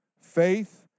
faith